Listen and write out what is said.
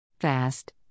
Fast